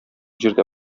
җирдә